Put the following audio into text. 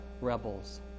rebels